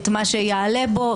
את מה שיעלה בו,